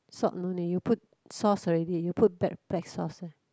salt no need you put sauce already you put brack~ black sauce uh